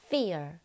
Fear